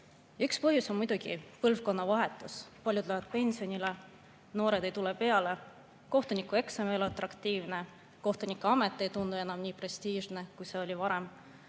Üks põhjus on muidugi põlvkonnavahetus. Paljud lähevad pensionile, noored ei tule peale, kohtunikueksam ei ole atraktiivne, kohtunikuamet ei tundu enam nii prestiižne, kui see oli varem.